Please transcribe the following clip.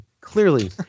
Clearly